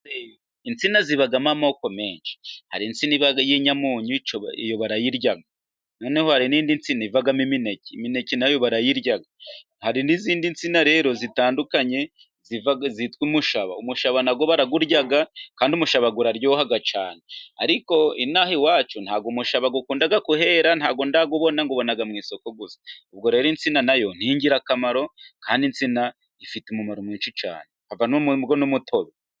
Insina zibamo amoko menshi, hari insina y'inyamunyu iyo barayirya noneho, hari n'indi nsina ivagamo imineke imineke na yo barayirya hari n'izindi nsina rero zitandukanye zitwa umushaba, umushaba na wo barawurya kandi umushaba uraryoha cyane, ariko ino aha iwacu ntabwo umushaba ukunda kohera ntabwo ndawubona nwubona mu isoko gusa. Ubwo rero insina na yo ni ingirakamaro kandi insina ifite umumaro mwinshi cyane havamo n'umutobe.